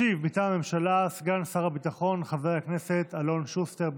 ישיב מטעם הממשלה סגן שר הביטחון חבר הכנסת אלון שוסטר.